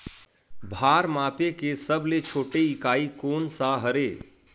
भार मापे के सबले छोटे इकाई कोन सा हरे?